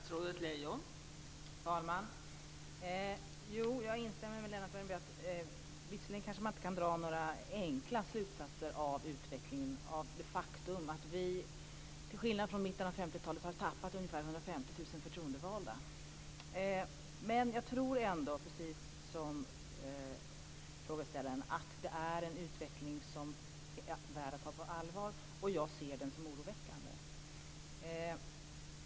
Fru talman! Jag instämmer med Lennart Värmby. Visserligen kan man kanske inte dra några enkla slutsatser av utvecklingen - av det faktum att vi har tappat ungefär 150 000 förtroendevalda sedan mitten av 50-talet. Men jag tror ändå, precis som frågeställaren, att det är en utveckling som är värd att ta på allvar, och jag ser den som oroväckande.